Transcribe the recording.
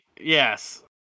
Yes